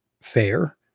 fair